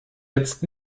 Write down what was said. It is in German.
jetzt